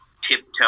tiptoe